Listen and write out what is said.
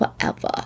forever